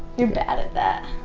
you're bad at that.